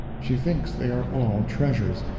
she thinks they are all treasures,